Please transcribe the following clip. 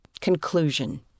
Conclusion